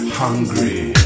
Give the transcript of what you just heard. hungry